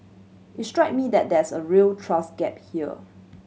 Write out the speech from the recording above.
it strikes me that there's a real trust gap here